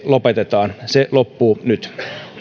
lopetetaan se loppuu nyt